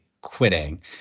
quitting